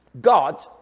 God